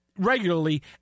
Regularly